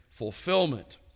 fulfillment